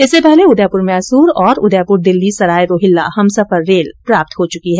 इससे पहले उदयपुर मैसूर और उदयपुर दिल्ली सराय रोहिल्ला हमसफर रेल प्राप्त हो चुकी हैं